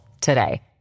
today